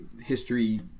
history